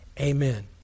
Amen